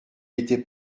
était